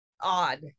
odd